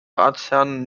ratsherrn